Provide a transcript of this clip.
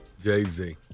Jay-Z